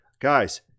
guys